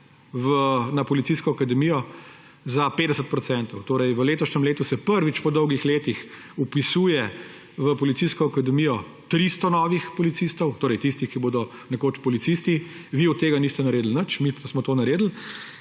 na policijsko akademijo za 50 %. V letošnjem letu se prvič po dolgih letih vpisuje v policijsko akademijo 300 novih kandidatov, torej tistih, ki bodo nekoč policisti. Vi od tega niste naredili nič, mi smo pa to naredili.